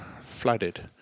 flooded